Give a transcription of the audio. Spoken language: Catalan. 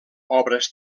obres